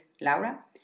Laura